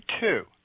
two